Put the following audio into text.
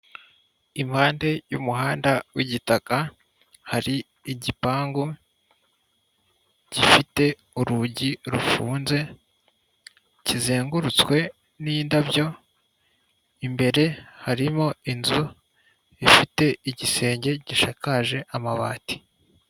Impande y'umuhanda w'igitaka hari igipangu gifite urugi rufunze, kizengurutswe n'indabyo. Imbere harimo inzu ifite igisenge gishakaje amabati.